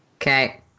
Okay